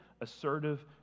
assertive